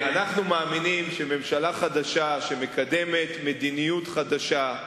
אנחנו מאמינים שממשלה חדשה שמקדמת מדיניות חדשה,